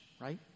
right